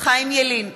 חיים ילין,